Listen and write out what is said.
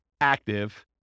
active